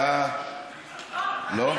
לא.